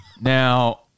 Now